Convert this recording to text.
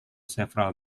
several